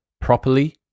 properly